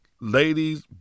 Ladies